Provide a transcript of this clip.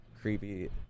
creepy